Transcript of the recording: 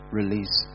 release